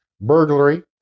Burglary